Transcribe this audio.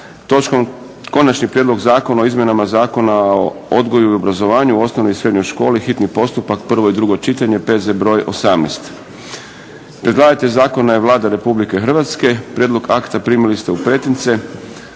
točkom - Konačni prijedlog zakona o izmjenama Zakona o odgoju i obrazovanju u osnovnoj i srednjoj školi, hitni postupak, prvo i drugo čitanje, P.Z. br. 18 Predlagatelja zakona je Vlada Republike Hrvatske. Prijedlog akta primili ste u pretince.